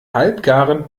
halbgaren